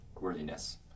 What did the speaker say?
worthiness